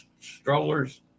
strollers